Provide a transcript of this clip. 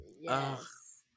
yes